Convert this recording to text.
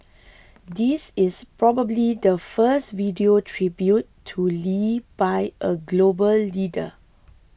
this is probably the first video tribute to Lee by a global leader